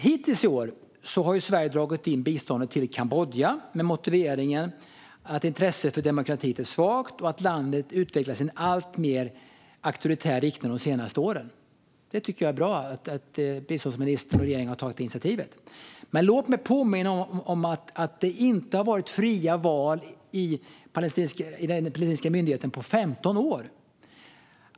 Regeringen har i år dragit in Sveriges bistånd till Kambodja med motiveringen att intresset för demokrati är svagt och att landet har utvecklats i en alltmer auktoritär riktning de senaste åren. Det är bra att biståndsministern och regeringen har tagit detta initiativ. Låt mig dock påminna om att det inte har varit fria val i Palestina på 15 år.